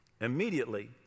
Immediately